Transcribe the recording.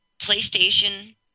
PlayStation